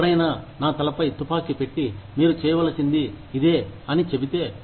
ఎవరైనా నా తలపై తుపాకీ పెట్టి మీరు చేయవలసింది ఇదే అని చెబితే